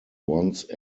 once